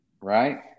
Right